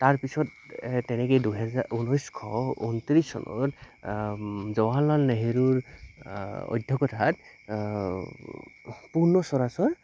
তাৰপিছত তেনেকৈ দুহেজাৰ ঊনৈছশ ঊনত্ৰিছ চনত জৱাহাৰলাল নেহৰুৰ অধ্যকঠাত পুৰ্ণ স্বৰাজৰ